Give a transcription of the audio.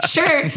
Sure